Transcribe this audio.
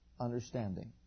understanding